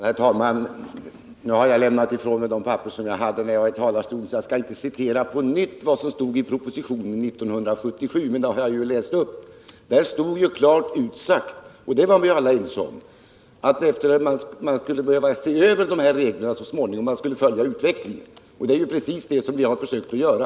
Herr talman! Jag har nu lämnat ifrån mig de papper som jag hade när jag från talarstolen höll mitt huvudanförande, så jag kan inte på nytt citera vad som 1977 stod i propositionen, men det har jag ju redan läst upp. Där stod klart utsagt — och det var vi alla ense om — att vi så småningom skulle behöva se över dessa regler, att vi skulle följa utvecklingen. Det är precis det som jag har försökt att göra.